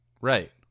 Right